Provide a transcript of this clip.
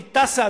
היא טסה.